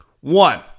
One